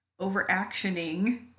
overactioning